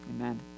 amen